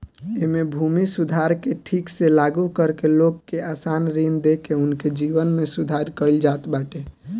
एमे भूमि सुधार के ठीक से लागू करके लोग के आसान ऋण देके उनके जीवन में सुधार कईल जात बाटे